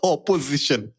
Opposition